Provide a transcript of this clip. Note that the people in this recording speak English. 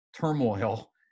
turmoil